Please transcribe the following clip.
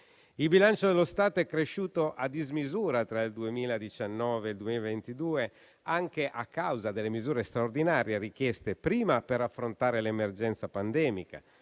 Il bilancio dello Stato è cresciuto a dismisura tra il 2019 e il 2022, anche a causa delle misure straordinarie richieste, prima per affrontare l'emergenza pandemica